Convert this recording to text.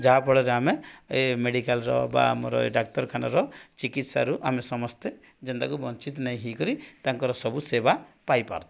ଯାହାଫଳରେ ଆମେ ଏ ମେଡିକାଲ୍ର ବା ଆମର ଏ ଡାକ୍ତରଖାନାର ଚିକିତ୍ସାରୁ ଆମେ ସମସ୍ତେ ଯେଉଁଟାକୁ ବଞ୍ଚିତ ନହୋଇକରି ତାଙ୍କର ସବୁ ସେବା ପାଇପାରୁଥାନ୍ତୁ